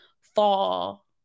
fall